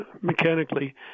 mechanically